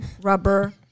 rubber